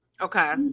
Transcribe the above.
Okay